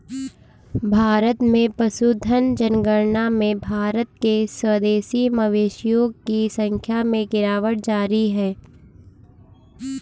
भारत में पशुधन जनगणना में भारत के स्वदेशी मवेशियों की संख्या में गिरावट जारी है